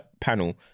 panel